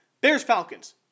Bears-Falcons